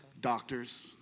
doctors